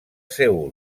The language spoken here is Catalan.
seül